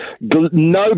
no